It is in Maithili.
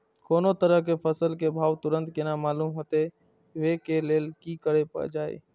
कोनो तरह के फसल के भाव तुरंत केना मालूम होते, वे के लेल की करल जाय?